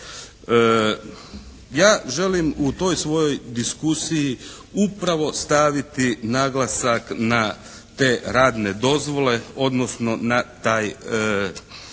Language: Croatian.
Ja želim u toj svojoj diskusiji upravo staviti naglasak na te radne dozvole odnosno na taj,